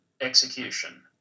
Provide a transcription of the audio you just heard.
execution